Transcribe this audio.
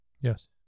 Yes